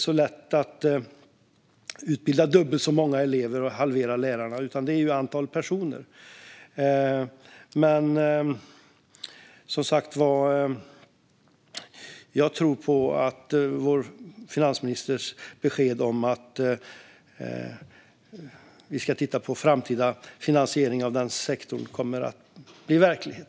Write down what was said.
Att utbilda dubbelt så många elever och halvera antalet lärare är inte så lätt; det är antalet personer som är viktigt. Som sagt tror jag på att vår finansministers besked om att vi ska titta på framtida finansiering av den sektorn kommer att bli verklighet.